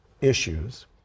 issues